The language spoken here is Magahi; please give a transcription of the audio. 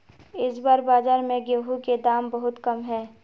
इस बार बाजार में गेंहू के दाम बहुत कम है?